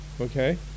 Okay